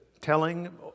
telling